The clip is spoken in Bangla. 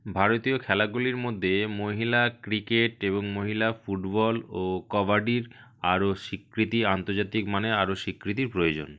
ভারতীয় খেলাগুলির মধ্যে মহিলা ক্রিকেট এবং মহিলা ফুটবল ও কবাডির আরও স্বীকৃতি আন্তর্জাতিক মানে আরও স্বীকৃতির প্রয়োজন